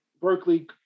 Berkeley